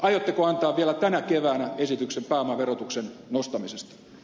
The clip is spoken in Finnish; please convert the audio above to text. aiotteko antaa vielä tänä keväänä esityksen pääomaverotuksen nostamisesta